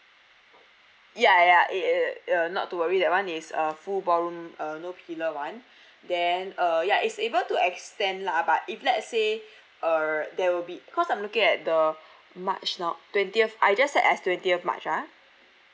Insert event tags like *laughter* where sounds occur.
ya ya it it uh not to worry that [one] is uh full ballroom uh no pillar [one] *breath* then uh ya is able to extend lah but if let's say *breath* uh there will be cause I'm looking at the *breath* march now twentieth I just set as twentieth march ah